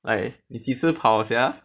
哎你几时跑 sia